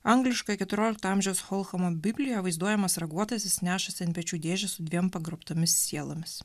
angliškoje keturiolikto amžiaus cholchoma biblijoje vaizduojamas raguotasis nešasi ant pečių dėžę su dviem pagrobtomis sielomis